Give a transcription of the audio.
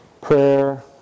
Prayer